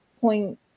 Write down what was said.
point